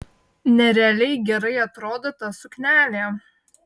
nerealiai gerai atrodo ta suknelė